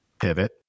pivot